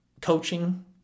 coaching